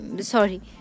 Sorry